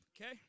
okay